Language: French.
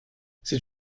c’est